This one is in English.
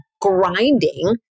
grinding